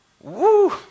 Woo